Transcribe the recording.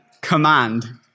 command